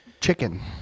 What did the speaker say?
chicken